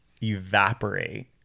evaporate